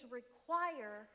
require